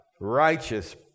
Righteous